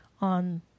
on